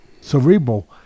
cerebral